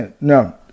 no